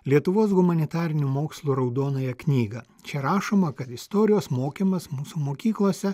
lietuvos humanitarinių mokslų raudonąją knygą čia rašoma kad istorijos mokymas mūsų mokyklose